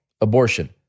abortion